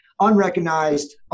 unrecognized